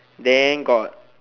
then got